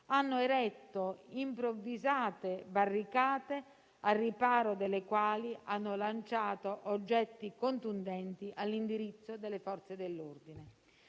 hanno eretto improvvisate barricate al riparo delle quali hanno lanciato oggetti contundenti all'indirizzo delle Forze dell'ordine.